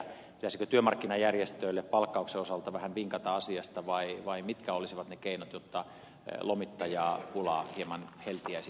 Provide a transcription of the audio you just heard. pitäisikö työmarkkinajärjestöille palkkauksen osalta vähän vinkata asiasta vai mitkä olisivat ne keinot jotta lomittajapula hieman heltiäisi nykyisestä